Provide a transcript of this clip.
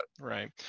right